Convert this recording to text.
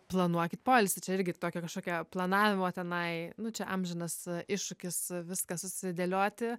planuokit poilsį čia irgi tokia kažkokia planavimo tenai nu čia amžinas iššūkis viską susidėlioti